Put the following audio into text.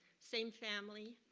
same family.